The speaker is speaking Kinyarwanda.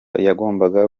yagombaga